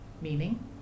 Meaning